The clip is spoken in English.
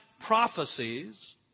prophecies